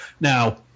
Now